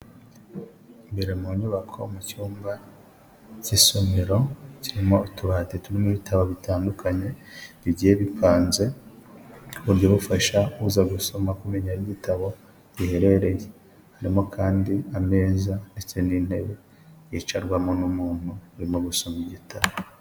Imbere mu nyubako mu cyumba cy'isomero kirimo utubati turimo ibitabo bitandukanye bigiye bipanze ku buryo bufasha uza gusoma kumenya aho igitabo giherereye, harimo kandi ameza ndetse n'intebe yicarwamo n'umuntu urimo gusoma igitabo.